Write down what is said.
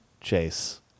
Chase